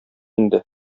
инде